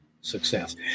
success